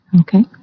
Okay